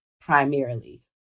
primarily